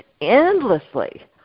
endlessly